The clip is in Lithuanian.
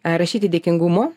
rašyti dėkingumo